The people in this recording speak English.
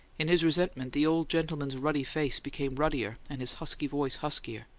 in his resentment, the old gentleman's ruddy face became ruddier and his husky voice huskier.